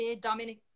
Dominic